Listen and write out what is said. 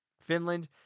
finland